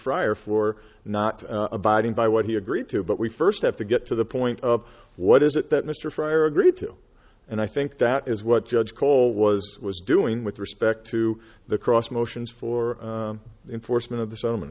fryer for not abiding by what he agreed to but we first have to get to the point of what is it that mr fryer agreed to and i think that is what judge cole was was doing with respect to the cross motions for enforcement